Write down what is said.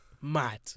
Mad